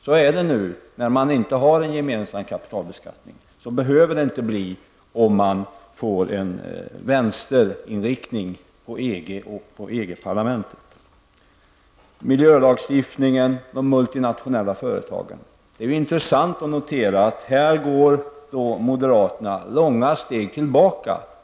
Så är det nu, då man inte har en gemensam kapitalbeskattning. Så behöver det inte bli om man får en vänsterinriktning på EG och på EG-parlamentet. Beträffande miljölagstiftningen och de multinationella företagen är det intressant att notera att moderaterna tar långa steg tillbaka.